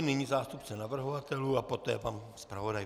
Nyní zástupce navrhovatelů a poté pan zpravodaj.